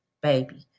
baby